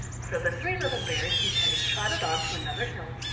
so the three little bears and teddy trotted on to another hill,